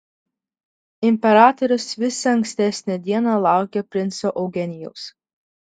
imperatorius visą ankstesnę dieną laukė princo eugenijaus